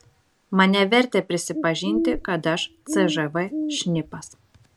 mane vertė prisipažinti kad aš cžv šnipas